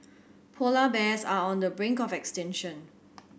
polar bears are on the brink of extinction